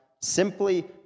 simply